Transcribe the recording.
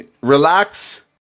Relax